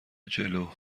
جلو